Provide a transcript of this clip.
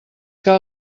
que